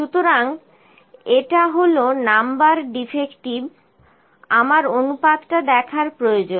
সুতরাং এটা হল নাম্বার ডিফেক্টিভ আমার অনুপাতটা দেখার প্রয়োজন